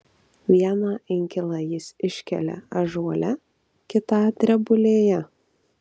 vieną inkilą jis iškelia ąžuole kitą drebulėje